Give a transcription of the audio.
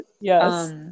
Yes